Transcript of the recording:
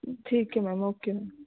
ਠੀਕ ਹੈ ma'am okay ma'am